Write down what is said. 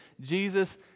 Jesus